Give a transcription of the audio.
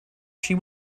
she